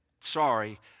sorry